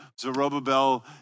Zerubbabel